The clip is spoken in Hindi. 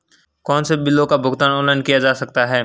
कौनसे बिलों का भुगतान ऑनलाइन किया जा सकता है?